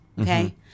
okay